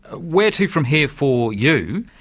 ah where to from here for you?